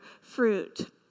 fruit